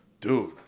dude